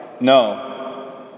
No